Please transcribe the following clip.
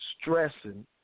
stressing